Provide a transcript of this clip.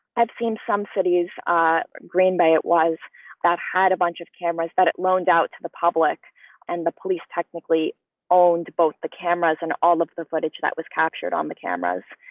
i've seen some cities ah greenbay it was that had a bunch of cameras that it loaned out to the public and the police technically owned both the cameras and all of the footage that was captured on the cameras.